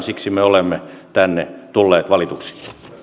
siksi me olemme tänne tulleet valituiksi